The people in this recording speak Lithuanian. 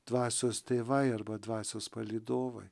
dvasios tėvai arba dvasios palydovai